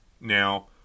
Now